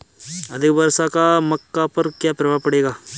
अधिक वर्षा का मक्का पर क्या प्रभाव पड़ेगा?